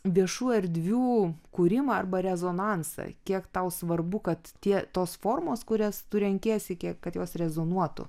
viešų erdvių kūrimą arba rezonansą kiek tau svarbu kad tie tos formos kurias tu renkiesi kiek kad jos rezonuotų